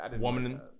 Woman